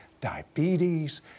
diabetes